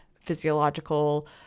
physiological